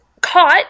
caught